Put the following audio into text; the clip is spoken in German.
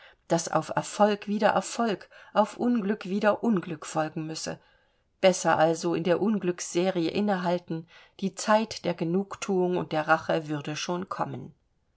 daß auf erfolg wieder erfolg auf unglück wieder unglück folgen müsse besser also in der unglücksserie innehalten die zeit der genugthuung und der rache würde schon kommen